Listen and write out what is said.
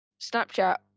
snapchat